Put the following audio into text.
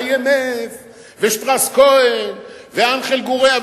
ה-IMF ושטראוס-קאהן ואנחל גורייה,